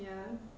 ya